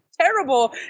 terrible